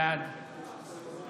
בעד